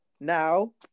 now